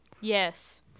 Yes